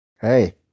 Hey